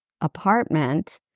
apartment